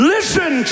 Listen